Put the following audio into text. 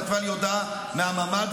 כתבה לי הודעה מהממ"ד,